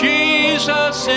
Jesus